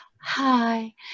hi